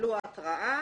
תקבלו התראה.